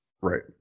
Right